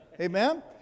Amen